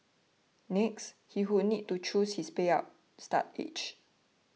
next he would need to choose his payout start age